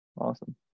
Awesome